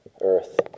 earth